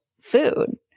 food